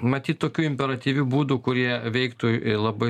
matyt tokių imperatyvių būdų kurie veiktų labai